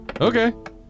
Okay